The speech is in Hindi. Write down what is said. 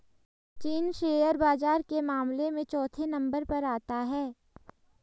चीन शेयर बाजार के मामले में चौथे नम्बर पर आता है